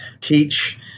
teach